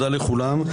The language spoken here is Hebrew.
תודה לכולם,